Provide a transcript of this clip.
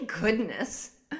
goodness